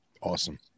Awesome